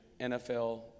NFL